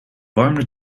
warmde